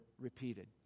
repeated